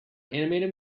animated